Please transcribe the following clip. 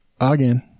again